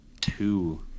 two